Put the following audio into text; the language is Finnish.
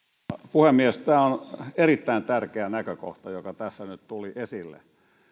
puhemies tämä on erittäin tärkeä näkökohta joka tässä nyt tuli esille